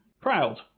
proud